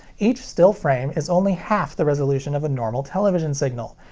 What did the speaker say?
each still frame is only half the resolution of a normal television signal,